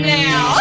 now